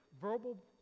verbal